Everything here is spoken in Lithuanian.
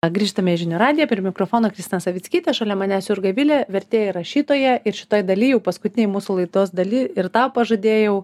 grižtame į žinių radiją prie mikrofono kristina savickytė šalia manęs jurga vilė vertėja ir rašytoja ir šitoj daly jau paskutinėj mūsų laidos daly ir tau pažadėjau